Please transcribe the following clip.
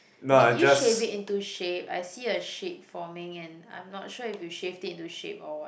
did you shave it into shape I see a shape forming and I'm not sure if you shaved it into shape or what